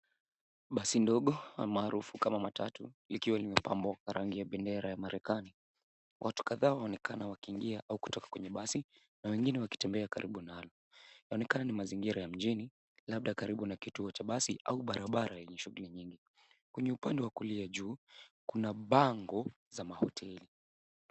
Basi dogo almaarufu kama matatu likiwa limepambwa na rangi ya bendera ya marekani. Watu kadhaa waonekana wakiingia au kutoka kwenye basi na wengine wakitembea karibu nalo. Inaonekana ni mazingira ya mjini labda karibu na kituo ca basi au barabara iliyo na shuguli nyingi. Kwenye upande wa kulia juu kuna bango za mahoteli.